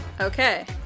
Okay